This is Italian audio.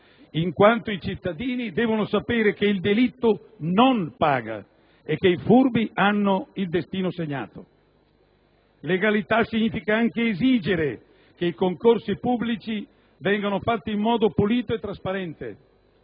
in quanto i cittadini devono sapere che il delitto non paga e che i furbi hanno il destino segnato. Legalità significa anche esigere che i concorsi pubblici vengano fatti in modo pulito e trasparente,